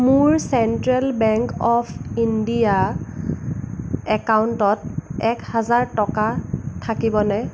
মোৰ central bank of ইণ্ডিয়াৰ একাউণ্টত এক হাজাৰ টকা থাকিবনে